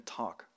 talk